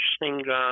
interesting